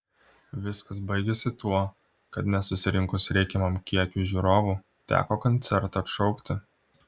viskas baigėsi tuo kad nesusirinkus reikiamam kiekiui žiūrovų teko koncertą atšaukti